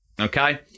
okay